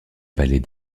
palais